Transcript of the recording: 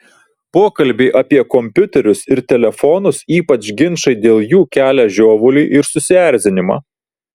pokalbiai apie kompiuterius ir telefonus ypač ginčai dėl jų kelia žiovulį ir susierzinimą